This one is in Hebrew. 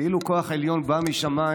כאילו כוח עליון בא משמיים.